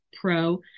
pro